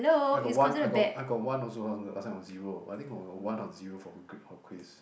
I got one I got I got one also last last time was zero I think it was one or zero for a grade or a quiz